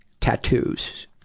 tattoos